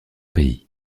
pays